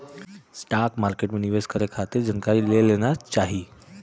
stock market में निवेश करे खातिर जानकारी ले लेना चाही